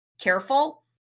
careful